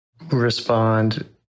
respond